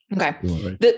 okay